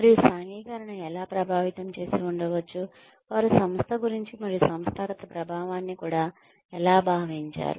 మరియు సాంఘికీకరణ ఎలా ప్రభావితం చేసి ఉండవచ్చు వారు సంస్థ గురించి మరియు సంస్థాగత ప్రభావాన్ని కూడా ఎలా భావించారు